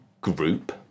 group